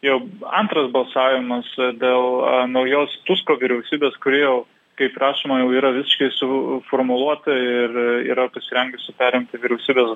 jau antras balsavimas dėl naujos tusko vyriausybės kuri jau kaip rašoma jau yra visiškai suformuluota ir yra pasirengusi perimti vyriausybės